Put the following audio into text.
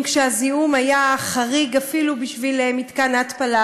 כשהזיהום היה חריג אפילו בשביל מתקן ההתפלה,